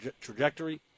trajectory